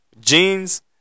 Jeans